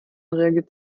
reagiert